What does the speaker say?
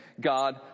God